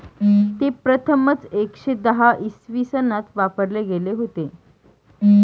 ते प्रथमच एकशे दहा इसवी सनात वापरले गेले होते